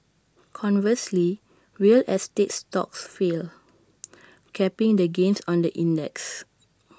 conversely real estate stocks fell capping the gains on the index